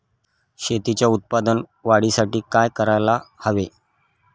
शेतीच्या उत्पादन वाढीसाठी काय करायला हवे?